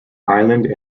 island